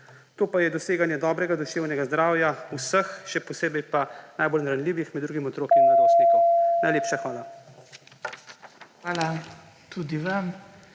To pa je doseganje dobrega duševnega zdravja vseh, še posebej pa najbolj ranljivih, med drugim otrok in mladostnikov. Najlepša hvala. PODPREDSEDNIK